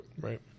Right